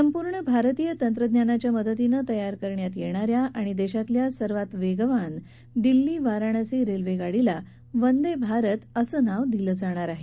संपूर्ण भारतीय तंत्रज्ञानाच्या मदतीनं तयार करण्यात येणाऱ्या आणि देशातल्या सर्वात वेगवान दिल्ली वाराणसी रेल्वे गाडीला वंदे भारत अस नांव दिलं जाणार आहे